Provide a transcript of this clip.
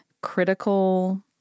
critical